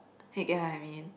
you get what I mean